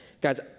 Guys